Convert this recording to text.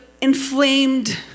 inflamed